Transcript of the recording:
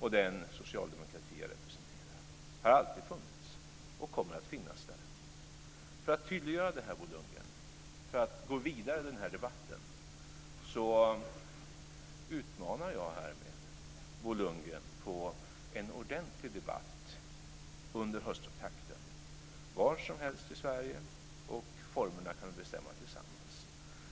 och den socialdemokrati jag representerar. Den har alltid funnits och kommer alltid att finns där. För att tydliggöra detta, Bo Lundgren, för att gå vidare i den här debatten, utmanar jag härmed Bo Lundgren på en ordentlig debatt under höstupptakten, var som helst i Sverige. Formerna kan vi bestämma tillsammans.